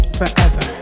forever